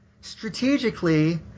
Strategically